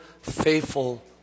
faithful